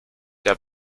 der